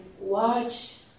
watch